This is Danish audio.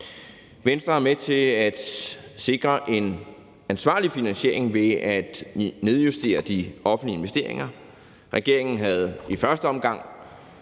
Venstre er med til at sikre en ansvarlig finansiering ved at nedjustere de offentlige investeringer. Regeringen havde i første omgang